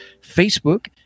Facebook